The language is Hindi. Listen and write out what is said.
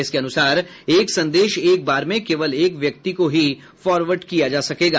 इसके अनुसार एक संदेश एक बार में केवल एक व्यक्ति को ही फॉरवर्ड किया जा सकेगा